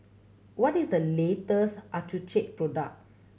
what is the latest Accucheck product